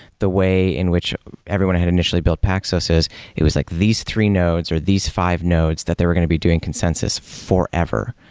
the way in which everyone had initially built paxos is it was like these three nodes are these five nodes that they were be doing consensus forever,